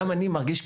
אני מרגיש,